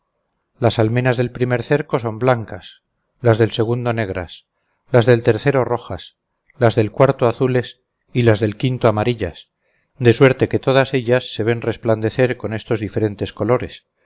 las almenas del primer cerco son blancas las del segundo negras las del tercero rojas las del cuarto azules y las del quinto amarillas de suerte que todas ellas se ven resplandecer con estos diferentes colores